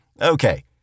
Okay